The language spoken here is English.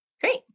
Great